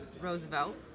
Roosevelt